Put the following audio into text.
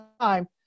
time